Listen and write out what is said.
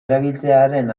erabiltzearen